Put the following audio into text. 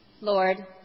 Lord